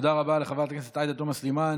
תודה רבה לחברת הכנסת עאידה תומא סלימאן.